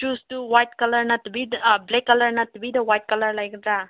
ꯁꯨꯁꯇꯨ white colour ꯅꯠꯇꯕꯤ black colour ꯅꯠꯇꯕꯤꯗ white colour ꯂꯩꯒꯗ꯭ꯔꯥ